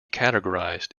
categorized